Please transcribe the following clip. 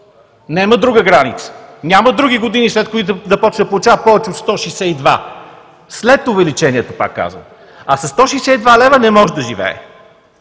Няма друга граница, няма други години, след които да започне да получава повече от 162 лв. След увеличението, пак казвам. А със 162 лв. не може да живее!